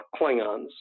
Klingons